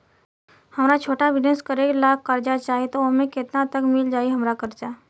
हमरा छोटा बिजनेस करे ला कर्जा चाहि त ओमे केतना तक मिल जायी हमरा कर्जा?